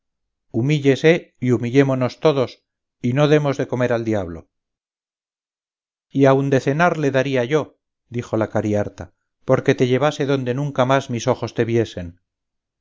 humíllese y humillémonos todos y no demos de comer al diablo y aun de cenar le daría yo dijo la cariharta porque te llevase donde nunca más mis ojos te viesen